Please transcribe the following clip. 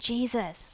Jesus